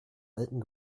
alten